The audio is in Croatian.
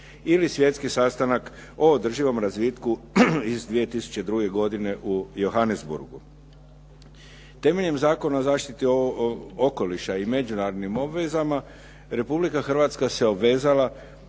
ili Svjetski sastanak o održivom razvitku iz 2002. godine u Johannesburgu. Temeljem Zakona o zaštiti okoliša i međunarodnim obvezama Republika Hrvatska se obvezala